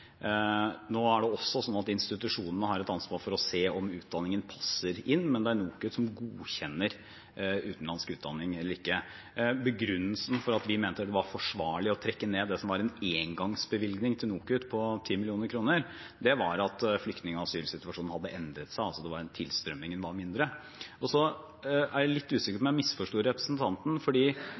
også slik at institusjonene har et ansvar for å se om utdanningen passer inn, men det er NOKUT som godkjenner utenlandsk utdanning. Begrunnelsen for at vi mente det var forsvarlig å trekke inn det som var en engangsbevilgning til NOKUT på 10 mill. kr, var at flyktning- og asylsituasjonen hadde endret seg – tilstrømningen var mindre. Så er jeg litt usikker på om jeg misforsto representanten